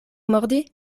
mordi